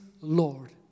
Lord